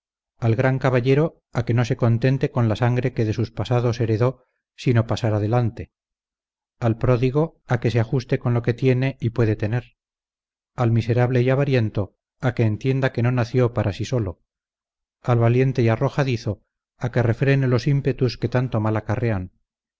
al gran caballero a que no se contente con la sangre que de sus pasados heredó sino pasar adelante al pródigo a que se ajuste con lo que tiene y puede tener al miserable y avariento a que entienda que no nació para sí solo al valiente y arrojadizo a que refrene los ímpetus que tanto mal acarrean